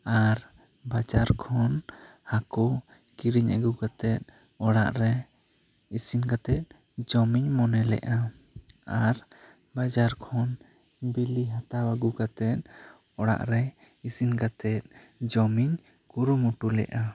ᱟᱨ ᱵᱟᱡᱟᱨ ᱠᱷᱚᱱ ᱦᱟᱹᱠᱩ ᱠᱤᱨᱤᱧ ᱟᱹᱜᱩ ᱠᱟᱛᱮᱜ ᱚᱲᱟᱜ ᱨᱮ ᱤᱥᱤᱱ ᱠᱟᱛᱮᱜ ᱡᱚᱢ ᱤᱧ ᱢᱚᱱᱮ ᱞᱮᱫᱼᱟ ᱟᱨ ᱵᱟᱡᱟᱨ ᱠᱷᱚᱱ ᱵᱤᱞᱤ ᱦᱟᱛᱟᱣ ᱟᱹᱜᱩ ᱠᱟᱛᱮᱜ ᱚᱲᱟᱜ ᱨᱮ ᱤᱥᱤᱱ ᱠᱟᱛᱮᱜ ᱡᱚᱢ ᱤᱧ ᱠᱩᱨᱩᱢᱩᱴᱩ ᱞᱮᱫᱼᱟ